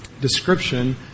description